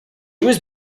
was